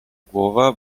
głowa